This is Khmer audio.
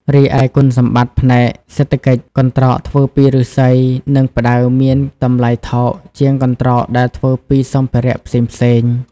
រីឯគុណសម្បត្តិផ្នែកសេដ្ឋកិច្ច កន្ត្រកធ្វើពីឫស្សី និងផ្តៅមានតម្លៃថោកជាងកន្ត្រកដែលធ្វើពីសម្ភារៈផ្សេងៗ។